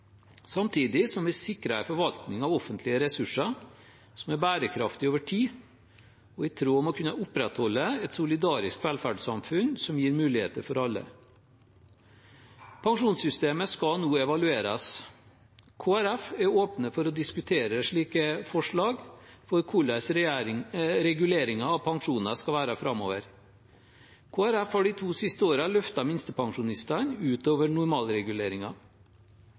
samtidig som vi sikrer en forvaltning av offentlige ressurser som er bærekraftig over tid, i tråd med det å kunne opprettholde et solidarisk velferdssamfunn som gir muligheter for alle. Pensjonssystemet skal nå evalueres. Kristelig Folkeparti er åpne for å diskutere forslag om hvordan reguleringen av pensjoner skal være framover. Kristelig Folkeparti har de to siste årene løftet minstepensjonistene